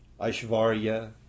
Aishvarya